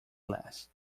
last